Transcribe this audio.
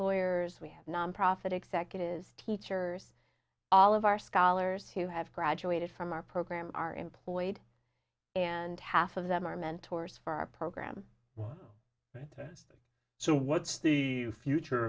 lawyers we have nonprofit executives teachers all of our scholars who have graduated from our program are employed and half of them are mentors for our program so what's the future